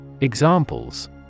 Examples